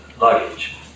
luggage